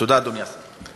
תודה, אדוני השר.